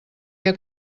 què